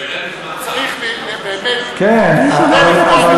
צריך באמת, אני שומרת לך זמן.